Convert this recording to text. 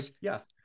yes